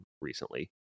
recently